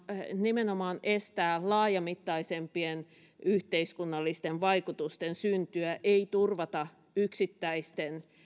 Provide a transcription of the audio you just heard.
nimenomaan estää laajamittaisempien yhteiskunnallisten vaikutusten syntyä ei turvata yksittäisten